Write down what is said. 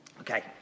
Okay